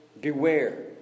Beware